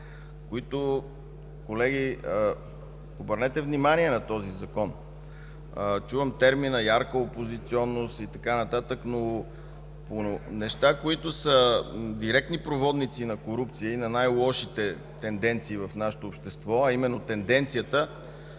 Колеги, обърнете внимание на този Закон! От Вас чувам термина „ярка опозиционност” и така нататък, а тук има неща, които са директни проводници на корупция и на най-лошите тенденции в нашето общество, а именно тенденцията